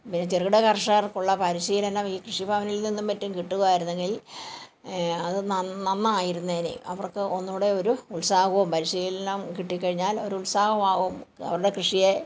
പിന്നെ ചെറുകിട കർഷകർക്കുള്ള പരിശീലനം ഈ കൃഷിഭവനിൽ നിന്നും മറ്റും കിട്ടുകയായിരുന്നെങ്കിൽ അത് നന്നായിരുന്നേനെ അവർക്ക് ഒന്നും കൂടി ഒരു ഉത്സാഹവും പരിശീലനം കിട്ടി കഴിഞ്ഞാൽ ഒരു ഉത്സാഹമാകും അവരുടെ കൃഷിയെ